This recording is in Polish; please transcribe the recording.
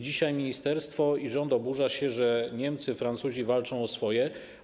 Dzisiaj ministerstwo i rząd oburzają się, że Niemcy, Francuzi walczą o swoje.